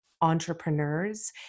entrepreneurs